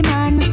Man